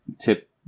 tip